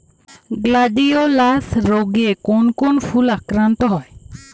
Gladiolus রোগে কোন কোন ফুল আক্রান্ত হয়?